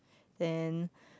then